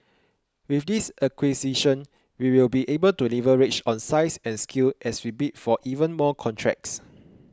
with this acquisition we will be able to leverage on size and scale as we bid for even more contracts